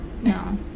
No